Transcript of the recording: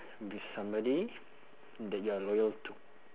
be with somebody that you're loyal to